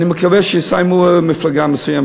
אני מקווה שיסיימו מפלגה מסוימת